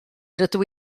rydw